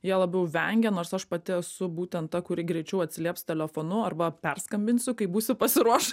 jie labiau vengia nors aš pati esu būtent ta kuri greičiau atsilieps telefonu arba perskambinsiu kai būsiu pasiruoš